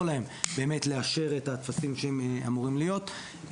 להן באמת לאשר את הטפסים שאמורים להיות,